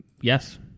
Yes